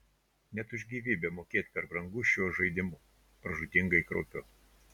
net už gyvybę mokėt per brangu šiuo žaidimu pražūtingai kraupiu